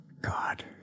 God